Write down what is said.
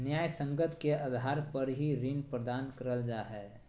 न्यायसंगत के आधार पर ही ऋण प्रदान करल जा हय